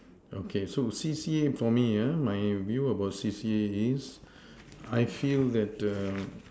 okay so C_C_A for me my view about C_C_A is I feel that